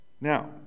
Now